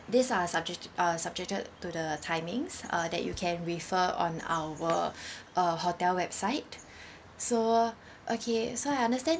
this are subject~ are subjected to the timings uh that you can refer on our uh hotel website so okay so I understand